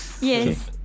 Yes